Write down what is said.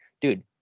dude